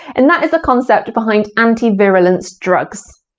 and that is the concept behind anti-virulence drugs.